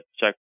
check